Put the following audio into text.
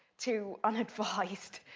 too unadvised,